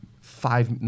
five